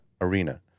Arena